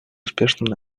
успешным